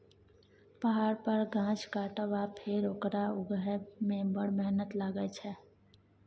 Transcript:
पहाड़ पर गाछ काटब आ फेर ओकरा उगहय मे बड़ मेहनत लागय छै